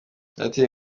batewe